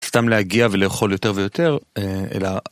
סתם להגיע ולאכול יותר ויותר אלא.